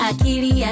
Akili